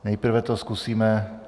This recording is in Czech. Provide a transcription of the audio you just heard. Nejprve to zkusíme...